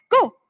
go